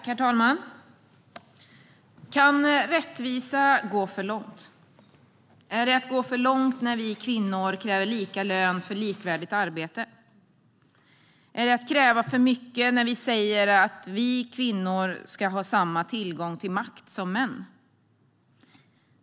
Herr talman! Kan rättvisa gå för långt? Är det att gå för långt när vi kvinnor kräver lika lön för likvärdigt arbete? Är det att kräva för mycket när vi säger att vi kvinnor ska ha samma tillgång till makt som män?